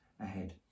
ahead